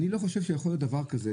אני לא חושב שיכול להיות דבר כזה,